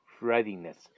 readiness